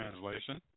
translation